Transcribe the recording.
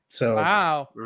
Wow